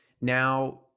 now